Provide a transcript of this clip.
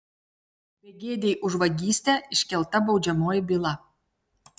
begėdei už vagystę iškelta baudžiamoji byla